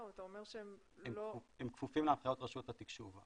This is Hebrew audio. ואתה אומר שהם לא --- הם כפופים להנחיות רשות התקשוב,